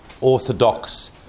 Orthodox